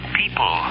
people